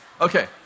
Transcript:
Okay